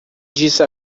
disse